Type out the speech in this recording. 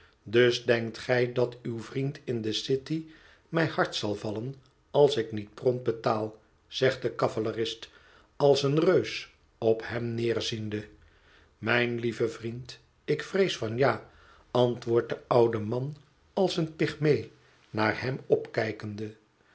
dus denkt gij dat uw vriend in de city mij hard zal vallen als ik niet prompt betaal zegt de cavalerist als een reus op hem neerziende mijn lieve vriend ik vrees van ja antwoordt de oude man als een pygmee naar hem opkijkende